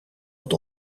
het